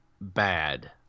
bad